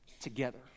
together